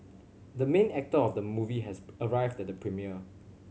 the main actor of the movie has arrived at the premiere